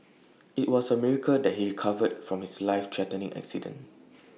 IT was A miracle that he recovered from his life threatening accident